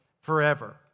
forever